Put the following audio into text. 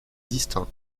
distincts